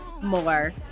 more